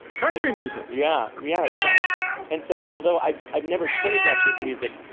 country music. yeah. yeah exactly. and so although i've i've never choreographed this music.